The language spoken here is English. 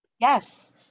Yes